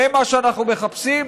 זה מה שאנחנו מחפשים?